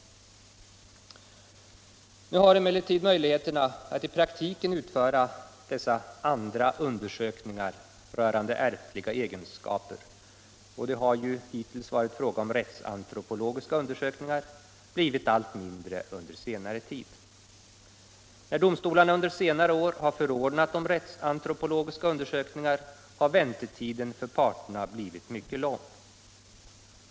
Nu har emellertid möjligheten att i praktiken utföra dessa ”andra undersökningar rörande ärftliga egenskaper” — det har ju hittills varit fråga om rättsantropologiska undersökningar — blivit allt mindre under senare tid. När domstolarna under senare år har förordnat om rättsantropologiska undersökningar, har väntetiden för parterna blivit mycket lång.